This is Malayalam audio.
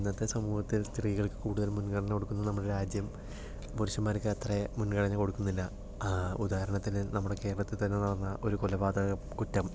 ഇന്നത്തെ സമൂഹത്തിൽ സ്ത്രീകൾക്ക് കൂടുതൽ മുൻഗണന കൊടുക്കുന്ന നമ്മുടെ രാജ്യം പുരുഷന്മാർക്ക് അത്രയും മുൻഗണന കൊടുക്കുന്നില്ല ആ ഉദാഹരണത്തിന് നമ്മുടെ കേരളത്തിൽ തന്നെ നടന്ന ഒരു കൊലപാതകം കുറ്റം